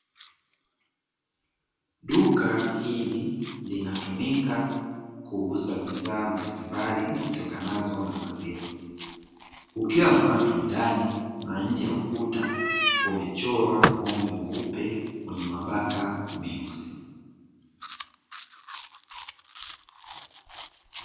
Duka hili linatumika kuuza bidhaa mbalimbali zitokanazo na maziwa. Kukiwa na watu ndani na nje ya ukuta kumechorwa ng'ombe mweupe mwenye mabaka meusi.